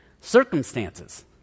circumstances